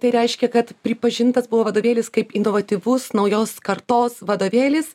tai reiškia kad pripažintas buvo vadovėlis kaip inovatyvus naujos kartos vadovėlis